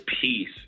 peace